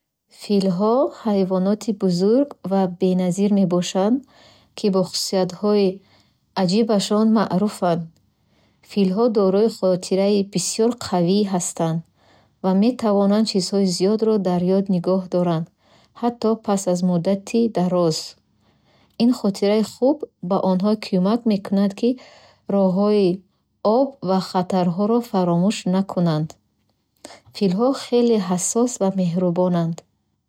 Филҳо ҳайвоноти бузург ва беназир мебошанд, ки бо хусусиятҳои аҷибашон маъруфанд. Филҳо дорои хотираи бисёр қавӣ ҳастанд ва метавонанд чизҳои зиёдро дар ёд нигоҳ доранд, ҳатто пас аз муддати дароз. Ин хотираи хуб ба онҳо кӯмак мекунад, ки роҳҳои об ва хатарҳоро фаромӯш накунанд. Филҳо хеле ҳассос ва меҳрубонанд.